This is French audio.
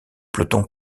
peloton